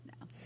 no